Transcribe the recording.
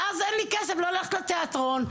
ואז אין לי כסף ללכת לתיאטרון,